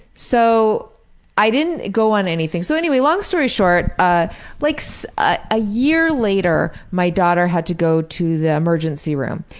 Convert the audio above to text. so i didn't go on anything. so long story short, a like so ah year later my daughter had to go to the emergency room,